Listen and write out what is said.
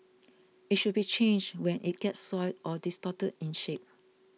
it should be changed when it gets soiled or distorted in shape